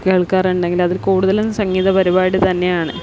കേൾക്കാറുണ്ടെങ്കിലും അത് കൂടുതലും സംഗീത പരിപാടി തന്നെയാണ്